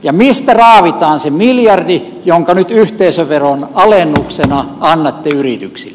ja mistä raavitaan se miljardi jonka nyt yhteisöveron alennuksena annatte yrityksille